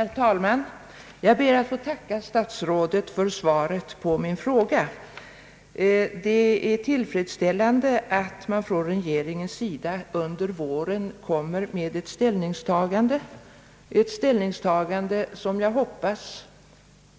Herr talman! Jag ber att få tacka herr statsrådet för svaret på min fråga. Det är tillfredsställande att man från regeringens sida under våren skall komma med ett ställningstagande, ett ställningstagande som jag hoppas